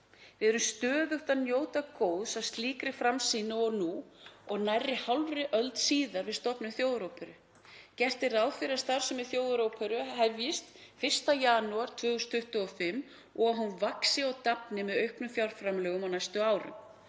Við erum stöðugt að njóta góðs af slíkri framsýni og nú, nærri hálfri annarri öld síðar, stofnum við Þjóðaróperu. Gert er ráð fyrir að starfsemi Þjóðaróperu hefjist 1. janúar 2025 og að hún vaxi og dafni með auknum fjárframlögum á næstu árum.